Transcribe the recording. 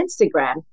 Instagram